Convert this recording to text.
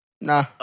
Nah